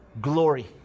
glory